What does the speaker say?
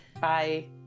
Bye